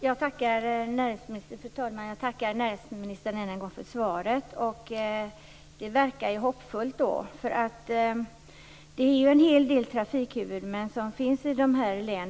Fru talman! Jag tackar än en gång näringsministern för svaret. Det verkar hoppfullt. Det finns ju en hel del trafikhuvudmän i dessa län.